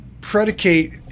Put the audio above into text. predicate